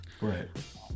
Right